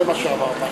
זה מה שהוא אמר.